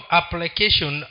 application